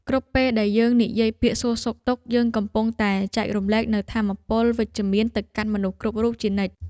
គ្រប់ពេលដែលយើងនិយាយពាក្យសួរសុខទុក្ខ យើងកំពុងតែចែករំលែកនូវថាមពលវិជ្ជមានទៅកាន់មនុស្សគ្រប់រូបជានិច្ច។